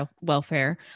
welfare